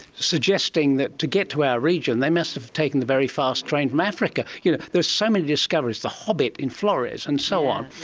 suggesting that to get to our region they must have taken the very fast train from africa. you know there are so many discoveries. the hobbit in flores and so on,